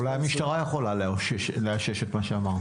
אולי המשטרה יכולה לאשש את מה שאמרת.